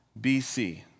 BC